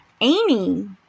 Amy